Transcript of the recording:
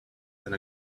and